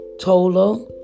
Tola